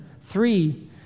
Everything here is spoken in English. Three